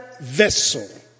vessel